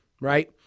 Right